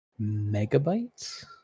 Megabytes